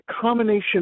combination